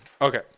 Okay